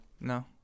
no